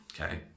Okay